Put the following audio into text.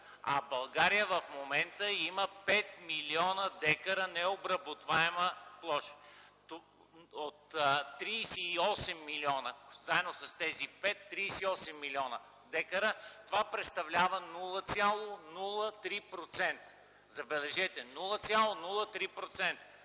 а България в момента има 5 млн. дка необработваема площ. От 38 милиона, заедно с тези 5, 38 млн. декара, това представлява 0,03%. Забележете, 0,03%!